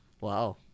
wow